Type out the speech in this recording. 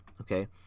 Okay